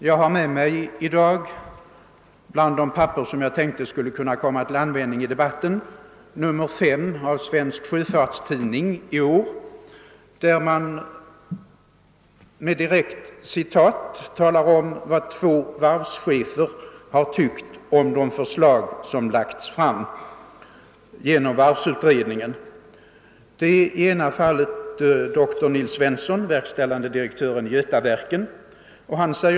Jag har med mig bland de papper, som jag tänkte skulle kunna komma till användning i debatten i dag, nr 9 av Svensk Sjöfarts Tidning för i år, där det direkt citeras vad två varvschefer har sagt om det förslag som varvsutredningen lade fram. I det ena fallet är det dr Nils Svensson, verkställande direktör i Götaverken, som uttalar sig.